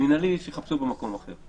מנהלי שיחפשו במקום אחר.